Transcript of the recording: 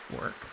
work